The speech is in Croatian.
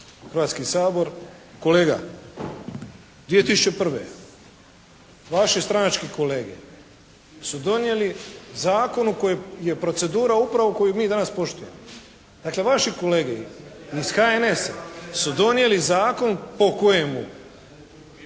Hrvatski sabor. Kolega, 2001. vaši stranački kolege su donijeli zakon koji je procedura upravo koju mi danas poštujemo. Dakle vaši kolege iz HNS-a su donijeli zakon po kojemu